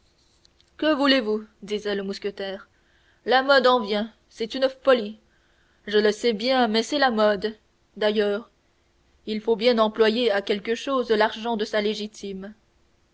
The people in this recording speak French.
que voulez-vous disait le mousquetaire la mode en vient c'est une folie je le sais bien mais c'est la mode d'ailleurs il faut bien employer à quelque chose l'argent de sa légitime